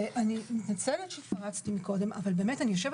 אני מתנצלת שהתפרצתי קודם אבל באמת אני יושבת